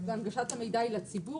הנגשת המידע היא לציבור?